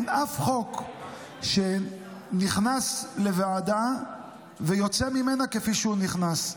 אין אף חוק שנכנס לוועדה ויוצא ממנה כפי שהוא נכנס.